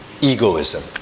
egoism